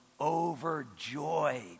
overjoyed